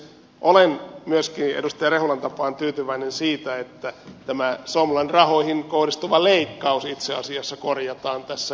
olen myöskin edustaja rehulan tapaan tyytyväinen siitä että tämä somlan rahoihin kohdistuva leikkaus itse asiassa korjataan tässä